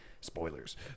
Spoilers